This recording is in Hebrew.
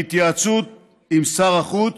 בהתייעצות עם שר החוץ